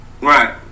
Right